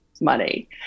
money